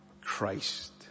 Christ